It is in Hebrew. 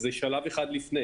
זה שלב אחד לפני